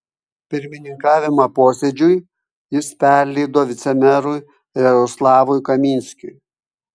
pirmininkavimą posėdžiui jis perleido vicemerui jaroslavui kaminskiui